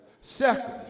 Second